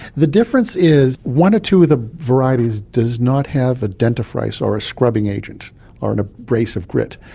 the difference is one or two of the varieties does not have a dentifrice or a scrubbing agent or an abrasive grit,